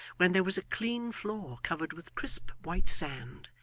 when there was a clean floor covered with crisp white sand,